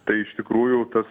tai iš tikrųjų tas